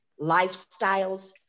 lifestyles